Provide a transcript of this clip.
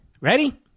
Ready